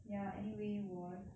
ya anyway 我